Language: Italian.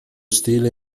stile